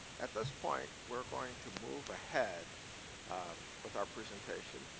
at this point, we are going to move ahead with our presentation.